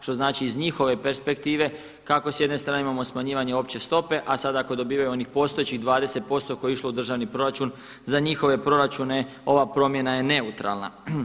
Što znači iz njihove perspektive kako s jedne strane imamo smanjivanje opće stope, a sada ako dobivaju onih postojećih 20% koji je išlo u državni proračun za njihove proračune ova promjena je neutralna.